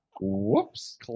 Whoops